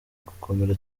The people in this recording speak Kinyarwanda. gukomera